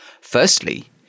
Firstly